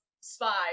spy